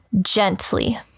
gently